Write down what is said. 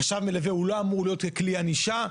חשב מלווה הוא לא אמור להיות כלי ענישה,